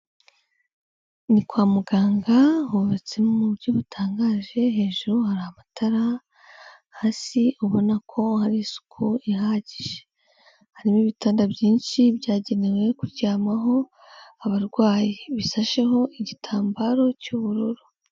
Ni kwa muganga, hubatse mu buryo butangaje, hejuru hari amatara, hasi ubona ko hari isuku ihagije. Harimo ibitanda byinshi byagenewe kuryamaho abarwayi bisasheho igitambaro cy'ubururu.